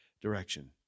direction